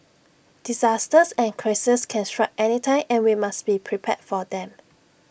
disasters and crises can strike anytime and we must be prepared for them